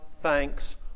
thanks